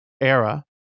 era